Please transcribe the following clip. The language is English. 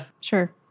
sure